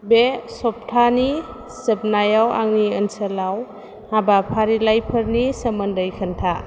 बे सप्तानि जोबनायाव आंनि ओनसोलाव हाबाफारिलाइफोरनि सोमोन्दै खोन्था